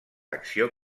acció